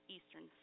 Eastern